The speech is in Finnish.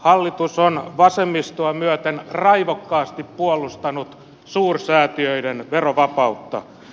hallitus on vasemmistoa myöten raivokkaasti puolustanut suursäätiöiden verovapautta